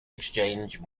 exchange